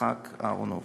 יצחק אהרונוביץ.